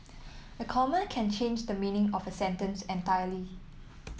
a comma can change the meaning of a sentence entirely